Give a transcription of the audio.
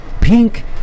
pink